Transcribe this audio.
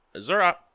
Zura